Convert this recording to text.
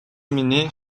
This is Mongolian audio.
миний